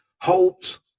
hopes